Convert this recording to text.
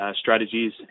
strategies